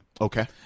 Okay